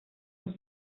los